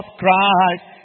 christ